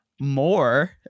more